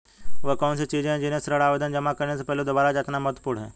वे कौन सी चीजें हैं जिन्हें ऋण आवेदन जमा करने से पहले दोबारा जांचना महत्वपूर्ण है?